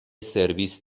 سرویس